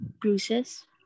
bruises